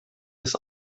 des